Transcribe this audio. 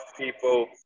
people